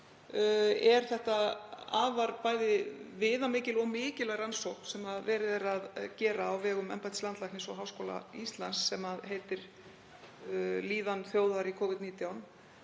er þetta afar viðamikil og mikilvæg rannsókn sem verið er að gera á vegum embættis landlæknis og Háskóla Íslands sem heitir Líðan þjóðar á tímum